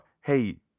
hey